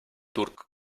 turc